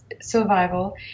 survival